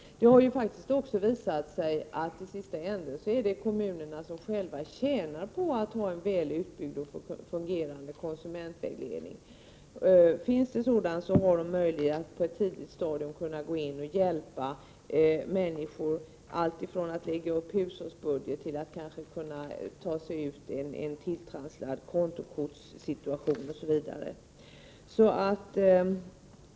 Det har faktiskt också visat sig att kommunerna till syvende och sist själva tjänar på att ha en väl utbyggd och fungerande konsumentvägledning. Finns en sådan har de möjlighet att på ett tidigt stadium hjälpa människor i olika sammanhang. Det kan t.ex. gälla att bygga upp en hushållsbudget eller att bidra till att människor kan ta sig ut ur en tilltrasslad kontokortssituation.